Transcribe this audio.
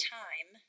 time